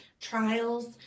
trials